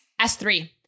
S3